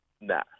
Nah